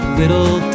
little